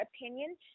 opinion